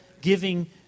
giving